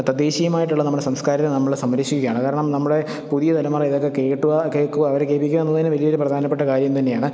തദ്ദേശീയമായിട്ടുള്ള നമ്മുടെ സംസ്കാരത്തെ നമ്മള് സംരക്ഷിക്കുകയാണ് കാരണം നമ്മുടെ പുതിയ തലമുറ ഇതൊക്കെ കേട്ടുക കേൾക്കുക അവരെ കേൾപ്പിക്കുക എന്നത് തന്നെ വലിയൊരു പ്രധാനപ്പെട്ട കാര്യം തന്നെയാണ്